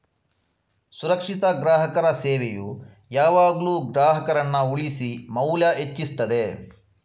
ಸುರಕ್ಷಿತ ಗ್ರಾಹಕರ ಸೇವೆಯು ಯಾವಾಗ್ಲೂ ಗ್ರಾಹಕರನ್ನ ಉಳಿಸಿ ಮೌಲ್ಯ ಹೆಚ್ಚಿಸ್ತದೆ